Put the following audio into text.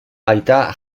aita